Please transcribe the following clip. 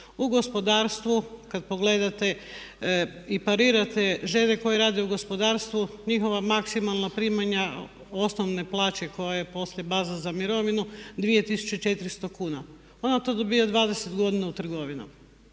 U gospodarstvu kada pogledate i parirate žene koje rade u gospodarstvu njihova maksimalna primanja, osnovne plaće koje je poslije baza za mirovinu 2400 kn. Ona to dobiva 20 godina u trgovini.